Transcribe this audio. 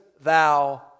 thou